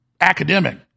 academic